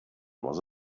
was